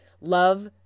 Love